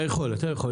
אתה יכול.